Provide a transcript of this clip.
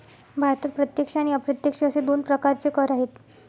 भारतात प्रत्यक्ष आणि अप्रत्यक्ष असे दोन प्रकारचे कर आहेत